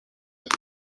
sind